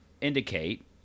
indicate